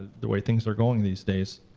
the way things are going these days.